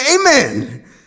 amen